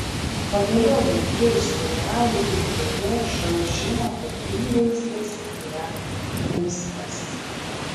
pagaliau net jie iš serialų ir tv šou žino kad įvaizdis yra viskas